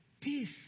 Peace